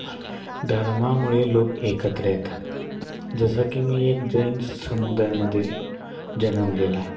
धर्मामुळे लोक एकत्र येतात जसं की मी एक जैन समुदायामधील जन्मलेलाय